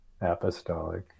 apostolic